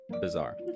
bizarre